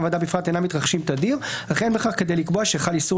הוועדה בפרט אינם מתרחשים תדיר אך אין בכך כדי לקבוע שחל איסור